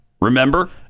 Remember